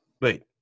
Wait